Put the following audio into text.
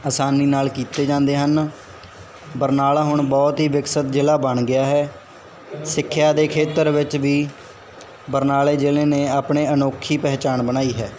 ਆਸਾਨੀ ਨਾਲ ਕੀਤੇ ਜਾਂਦੇ ਹਨ ਬਰਨਾਲਾ ਹੁਣ ਬਹੁਤ ਹੀ ਵਿਕਸਿਤ ਜ਼ਿਲ੍ਹਾ ਬਣ ਗਿਆ ਹੈ ਸਿੱਖਿਆ ਦੇ ਖੇਤਰ ਵਿੱਚ ਵੀ ਬਰਨਾਲੇ ਜ਼ਿਲ੍ਹੇ ਨੇ ਆਪਣੇ ਅਨੋਖੀ ਪਹਿਚਾਣ ਬਣਾਈ ਹੈ